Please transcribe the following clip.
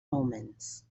omens